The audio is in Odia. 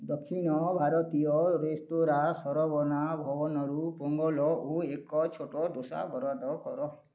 ଦକ୍ଷିଣ ଭାରତୀୟ ରେସ୍ତୋରାଁ ସରଭନା ଭବନରୁ ପୋଙ୍ଗଲ ଓ ଏକ ଛୋଟ ଦୋସା ବରାଦ କର